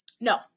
No